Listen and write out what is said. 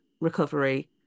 Recovery